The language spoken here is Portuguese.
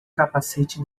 capacete